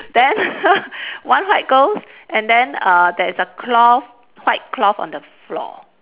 then one white ghost and then uh there is a cloth white cloth on the floor